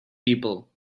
people